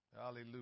hallelujah